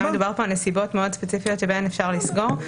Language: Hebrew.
גם מדובר פה על נסיבות מאוד ספציפיות שבהן אפשר לסגור,